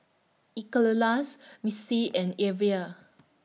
Nicolas Misti and Evia